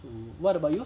w~ what about you